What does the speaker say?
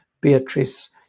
Beatrice